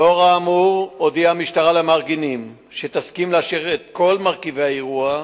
לאור האמור הודיעה המשטרה למארגנים שתסכים לאשר את כל מרכיבי האירוע,